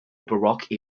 baroque